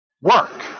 work